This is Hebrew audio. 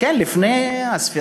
כן, הרבה לפני הספירה.